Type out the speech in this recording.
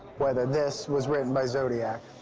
whether this was written by zodiac.